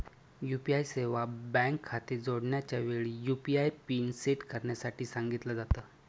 UPI सेवा bank खाते जोडण्याच्या वेळी, यु.पी.आय पिन सेट करण्यासाठी सांगितल जात